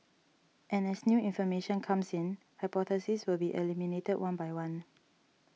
and as new information comes in hypotheses will be eliminated one by one